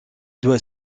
doit